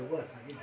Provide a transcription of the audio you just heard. उहा असांखे